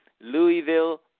Louisville